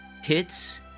hits